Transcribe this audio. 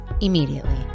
immediately